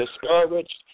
discouraged